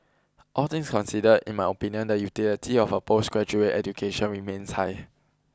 all things considered in my opinion the utility of a postgraduate education remains high